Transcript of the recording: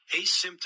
asymptomatic